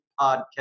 podcast